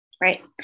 right